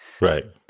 Right